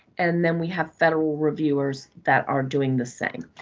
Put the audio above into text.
and then we have federal reviewers that are doing the same.